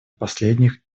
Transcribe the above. последних